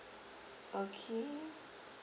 okay